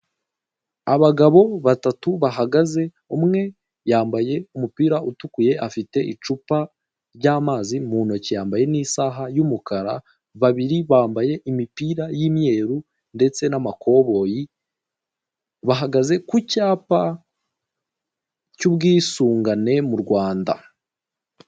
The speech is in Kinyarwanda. Abagabo batatu bahagaze, umwe yambaye umupira utukuye, afite icupa ry'amazi mu ntoki, yambaye n'isaha y'umukara, babiri bambaye imipira y'imyeru ndetse n'amakoboyi, bahagaze ku cyapa cy'ubwisungane mu Rwanda.